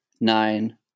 Nine